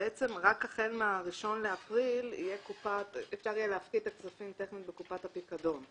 שרק החל מה-1 באפריל אפשר יהיה להפקיד את הכספים טכנית בקופת הפיקדון,